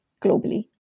globally